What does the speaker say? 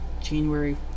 January